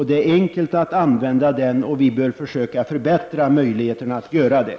Det är enkelt att använda den, och vi bör försöka förbättra möjligheten att göra det.